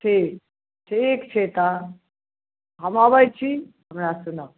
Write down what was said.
ठीक ठीक छै तऽ हम अबैत छी हमरा सुनाउ